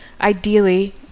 ideally